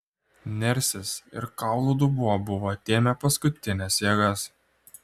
nersis ir kaulų dubuo buvo atėmę paskutines jėgas